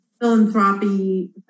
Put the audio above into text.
philanthropy